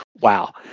Wow